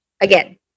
Again